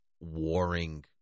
warring